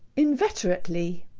inveterately.